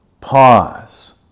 Pause